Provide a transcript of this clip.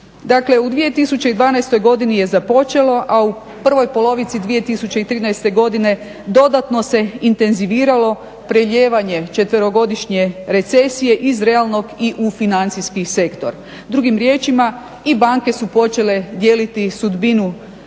u 2012. godini je započelo, a u prvoj polovici 2013. godine dodatno se intenziviralo prelijevanje 4-godišnje recesije iz realnog i u financijski sektor. Drugim riječima i banke su počele dijeliti sudbinu